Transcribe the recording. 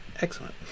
excellent